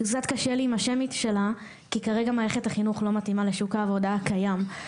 קצת קשה לי עם השם כי כרגע מערכת החינוך לא מתאימה לשוק העבודה הקיים.